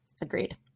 Agreed